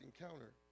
encounter